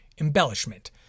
embellishment